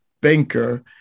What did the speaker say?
banker